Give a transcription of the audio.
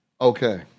Okay